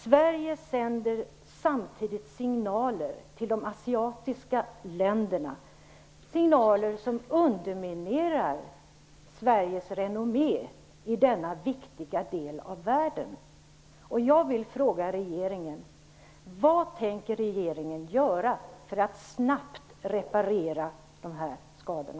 Samtidigt sänder Sverige signaler till de asiatiska länderna, signaler som underminerar Sveriges renommé i denna viktiga del av världen.